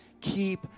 keep